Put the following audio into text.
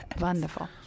Wonderful